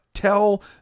tell